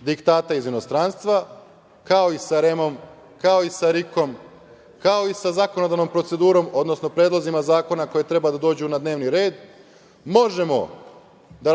diktata iz inostranstva, kao i sa REM-om, kao i sa RIK-om, kao i sa zakonodavnom procedurom, odnosno predlozima zakona koji treba da dođu na dnevni red. Možemo da